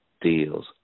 deals